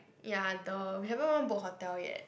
ya duh we haven't even book hotel yet